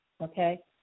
Okay